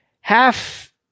half